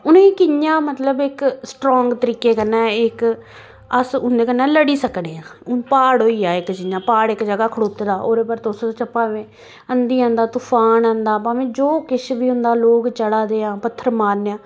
उनेंई कि'यां मतलब इक स्ट्रांग तरीके कन्नै इक अस उंदे कन्नै लड़ी सकने आं हून प्हाड़ होई गेआ इक जियां प्हाड़ इक जगह् खड़ोते दा ओह्दे पर तुस भामें अंधी आंदी तफान आंदा भामें जो किश बी आंदा लोग चढ़ा दे ऐं पत्थर मारने आं